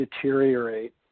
deteriorate